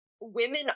women